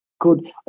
good